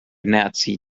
nazi